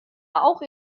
auch